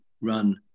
run